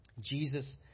Jesus